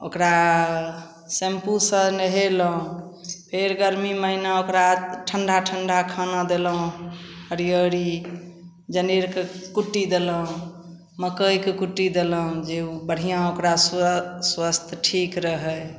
ओकरा शैम्पूसँ नहेलहुँ फेर गरमी महिना ओकरा ठण्डा ठण्डा खाना देलहुँ हरिअरी जनेरके कुट्टी देलहुँ मकइके कुट्टी देलहुँ जे ओ बढ़िआँ ओकरा स्व स्वस्थ ठीक रहै